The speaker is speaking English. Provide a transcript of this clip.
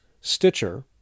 Stitcher